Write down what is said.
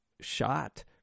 shot